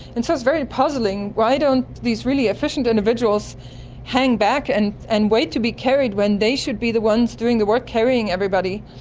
and so it's very puzzling. why do these really efficient individuals hang back and and wait to be carried when they should be the ones doing the work carrying everybody?